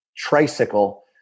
tricycle